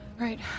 Right